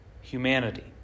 humanity